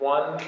One